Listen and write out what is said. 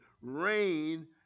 Rain